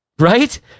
right